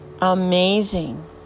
amazing